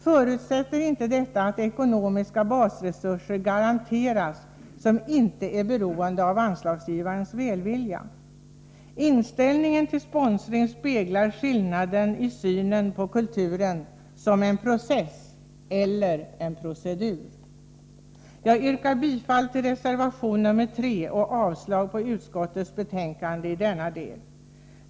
Förutsätter inte detta att ekonomiska basresurser garanteras som inte är beroende av anslagsgivarens välvilja? Inställningen till sponsring speglar skillnaden i synen på kulturen som en process eller en procedur. Jag yrkar bifall till reservation nr 3 och därmed avslag på utskottets hemställan i denna del.